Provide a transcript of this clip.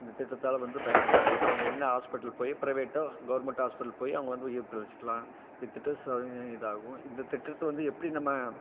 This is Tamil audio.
இந்த திட்டத்தால் வந்து பயன் அடைகிறாங்க அவங்க உடனே ஹாஸ்பிட்டல் போய் ப்ரைவேட்டோ கவர்மெண்ட் ஹாஸ்பிட்டல் போய் அவங்க வந்து உயிர் பிழைச்சுக்கிலாம் இத்திட்ட இதாகும் இந்த திட்டத்தை வந்து எப்படி நம்ம